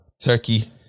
Turkey